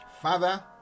Father